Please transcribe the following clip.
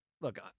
look